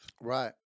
right